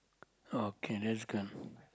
okay that's good